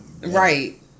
Right